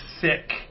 sick